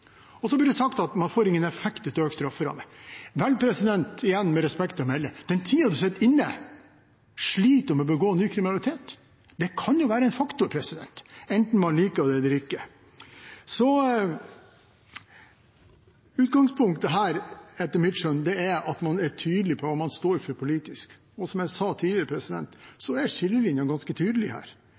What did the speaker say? høre. Så blir det sagt at man ikke får noen effekt av økt strafferamme. Igjen – med respekt å melde: Den tiden man sitter inne, sliter man med å begå ny kriminalitet. Det kan jo være en faktor, enten man liker det eller ikke. Utgangspunktet her, etter mitt skjønn, er at man er tydelig på hva man står for politisk. Og som jeg sa tidligere, er skillelinjene ganske tydelige her.